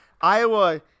Iowa